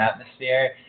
atmosphere